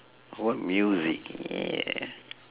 what music yeah